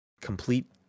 Complete